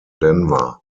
denver